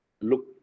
look